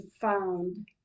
found